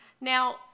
Now